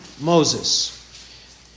Moses